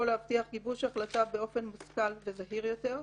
להבטיח גיבוש החלטה באופן מושכל וזהיר יותר,